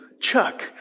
Chuck